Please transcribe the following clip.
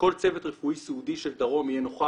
כל הצוות הרפואי סיעודי של דרום יהיה נוכח,